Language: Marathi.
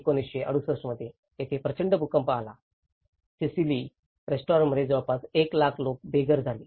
1968 मध्ये तेथे प्रचंड भूकंप झाला आणि सिसिली रेस्टॉरंटमध्ये जवळपास 1 लाख लोक बेघर झाले